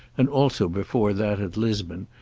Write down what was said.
and also before that at lisbon,